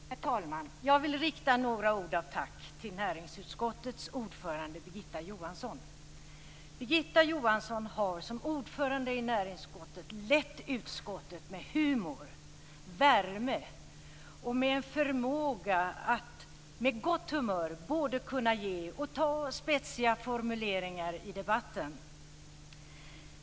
Herr talman! Jag vill rikta några ord av tack till näringsutskottets ordförande Birgitta Johansson. Birgitta Johansson har som ordförande i näringsutskottet lett utskottets arbete med humor, värme och med en förmåga att med gott humör ge och ta spetsiga formuleringar i debatten.